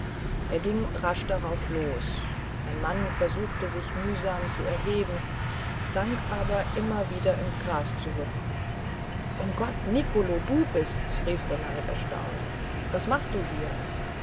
er ging rasch darauf los ein mann versuchte sich mühsam zu erheben sank aber immer wieder ins gras zurück um gott nicolo du bist's rief renald erstaunt was machst du hier